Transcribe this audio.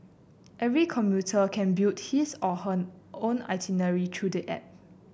every commuter can build his or her own itinerary through the app